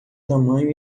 tamanho